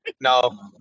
No